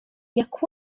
jak